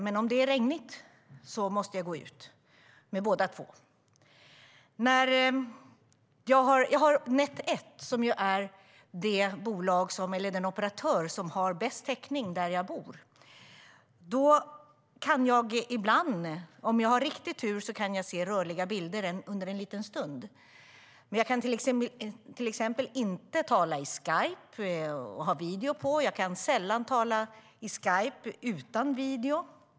Men om det är regnigt måste jag gå ut, och det gäller båda telefonerna. Jag har Net 1 som operatör, som ju är den operatör som har bäst täckning där jag bor. Om jag har riktig tur kan jag se rörliga bilder under en liten stund, men jag kan till exempel inte tala via Skype och ha video på. Jag kan sällan tala via Skype utan video.